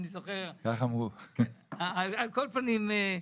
על כל פנים,